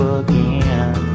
again